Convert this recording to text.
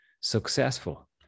successful